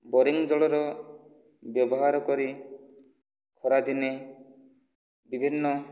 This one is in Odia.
ବୋରିଙ୍ଗ ଜଳର ବ୍ୟବହାର କରି ଖରାଦିନେ ବିଭିନ୍ନ